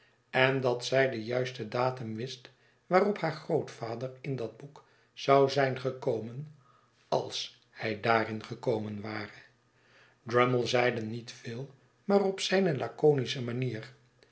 en dat zij den juisten datum wist waarop haar grootvader in dat boek zou zijn gekomen als hij daarin gekomen ware drummle zeide niet veel maar op zijne laconische manier